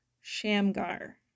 Shamgar